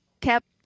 kept